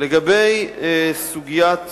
לגבי סוגיית